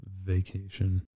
vacation